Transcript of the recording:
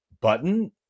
button